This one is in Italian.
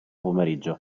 pomeriggio